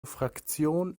fraktion